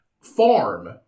farm